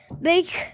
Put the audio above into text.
Make